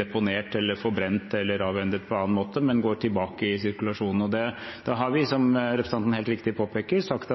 deponert, forbrent eller avhendet på annen måte, men går tilbake i sirkulasjonen. Da har vi, som representanten helt riktig påpeker, sagt at